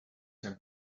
young